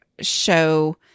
show